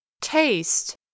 Taste